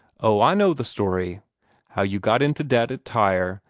oh, i know the story how you got into debt at tyre,